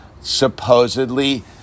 supposedly